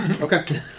Okay